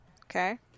Okay